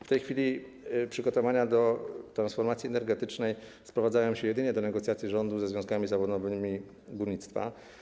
W tej chwili przygotowania do transformacji energetycznej sprowadzają się jedynie do negocjacji rządu ze związkami zawodowymi górnictwa.